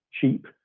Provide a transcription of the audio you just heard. cheap